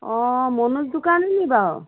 অঁ মনোজ দোকানী নি বাৰু